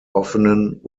offenen